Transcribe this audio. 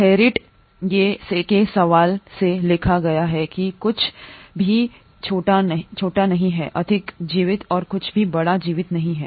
थेरियट के हवाले से लिखा गया है कि "कुछ भी छोटा नहीं है अधिक जीवित और कुछ भी बड़ा जीवित नहीं है